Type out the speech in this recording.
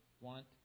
want